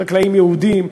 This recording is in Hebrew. חקלאים יהודים,